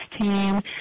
team